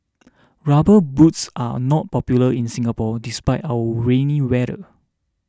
rubber boots are not popular in Singapore despite our rainy weather